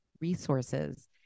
resources